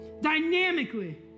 dynamically